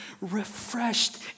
refreshed